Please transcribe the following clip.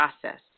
process